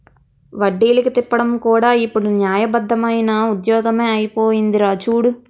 వడ్డీలకి తిప్పడం కూడా ఇప్పుడు న్యాయబద్దమైన ఉద్యోగమే అయిపోందిరా చూడు